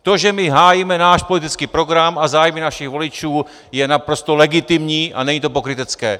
To, že my hájíme náš politický program a zájmy našich voličů, je naprosto legitimní a není to pokrytecké.